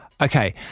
Okay